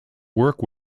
work